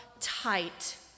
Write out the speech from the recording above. tight